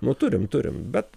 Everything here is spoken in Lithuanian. nu turim turim bet